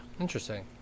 Interesting